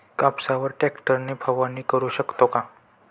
कापसावर ट्रॅक्टर ने फवारणी करु शकतो का?